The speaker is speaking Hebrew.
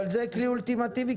אבל זה כלי אולטימטיבי,